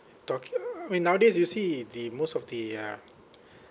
talking I mean nowadays you see the most of the uh